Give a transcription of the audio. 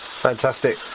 fantastic